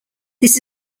this